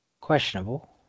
Questionable